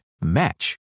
match